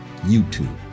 YouTube